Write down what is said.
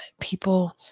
People